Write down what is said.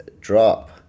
drop